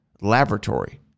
laboratory